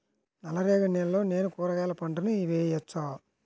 నల్ల రేగడి నేలలో నేను కూరగాయల పంటను వేయచ్చా?